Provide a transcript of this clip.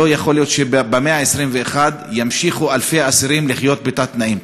לא יכול להיות שבמאה ה-21 ימשיכו אלפי אסירים לחיות בתת-תנאים.